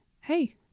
hey